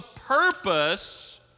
purpose